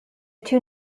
two